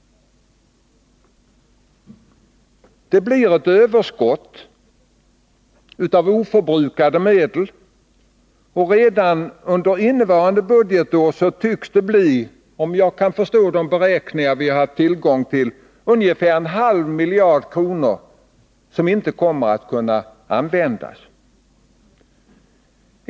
Det blir ett överskott av oförbrukade medel. Redan under innevarande budgetår tycks detta överskott, om jag har förstått de beräkningar som vi har haft tillgång till, bli ungefär en halv miljard kronor — pengar som inte kommer att kunna användas.